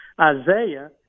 Isaiah